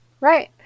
Right